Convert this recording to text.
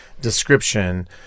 description